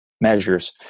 measures